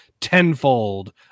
tenfold